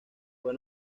fue